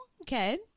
Okay